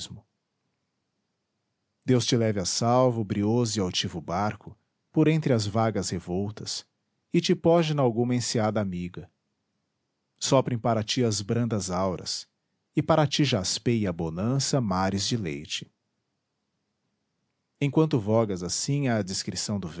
deus te leve a salvo brioso e altivo barco por entre as vagas revoltas e te poje nalguma enseada amiga soprem para ti as brandas auras e para ti jaspeie a bonança mares de leite enquanto vogas assim à discrição do